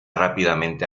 rápidamente